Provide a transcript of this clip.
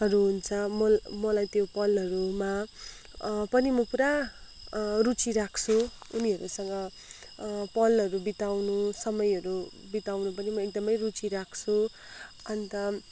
मलाई त्यो पलहरूमा पनि म पूरा रुचि राख्छु उनीहरूसँग पलहरू बिताउनु समयहरू बिताउनु पनि म एकदमै रुचि राख्छु अन्त